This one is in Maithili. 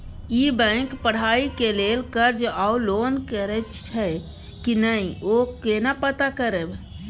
ई बैंक पढ़ाई के लेल कर्ज आ लोन करैछई की नय, यो केना पता करबै?